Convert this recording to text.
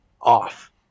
off